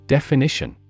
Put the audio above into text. Definition